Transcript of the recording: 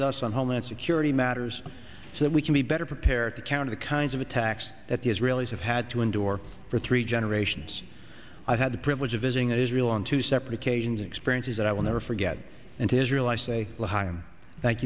with us on homeland security matters so that we can be better prepared to counter the kinds of attacks that the israelis have had to endure for three generations i had the privilege of visiting israel on two separate occasions experiences that i will never forget and israel i say l